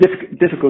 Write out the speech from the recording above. difficult